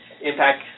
Impact